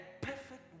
perfect